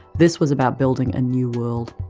this was about building a new world.